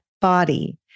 body